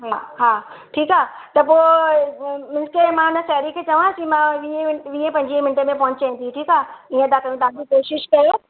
हा हा ठीकु आहे त पोइ मां हिन साहिड़ी खे चवांसि की मां वीहें वीहें पंजवीहें मिन्टें में पहुचें थी ठीकु आहे हीअं कयूं था तव्हां बि कोशिशि कयो